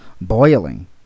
Boiling